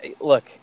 look